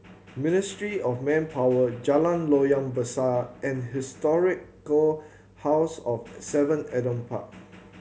Ministry of Manpower Jalan Loyang Besar and Historic Go House of Seven Adam Park